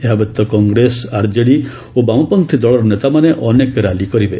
ଏହାବ୍ୟତୀତ କଂଗ୍ରେସ ଆର୍କେଡି ଓ ବାମପନ୍ତ୍ରୀ ଦଳର ନେତାମାନେ ଅନେକ ର୍ୟାଲି କରିବେ